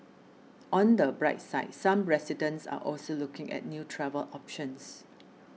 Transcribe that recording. on the bright side some residents are also looking at new travel options